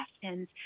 questions